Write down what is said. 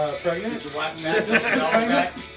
pregnant